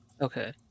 Okay